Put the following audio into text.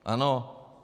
Ano.